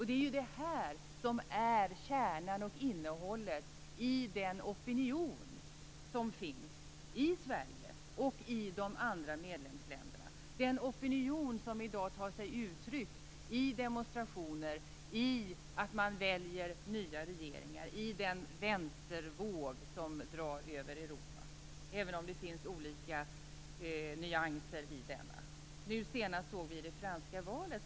Det här är kärnan och innehållet i den opinion som finns i Sverige och i de andra medlemsländerna och som i dag tar sig uttryck i demonstrationer, i att man väljer nya regeringar i den vänstervåg som drar över Europa, även om det finns olika nyanser i denna. Senast såg vi det i det franska valet.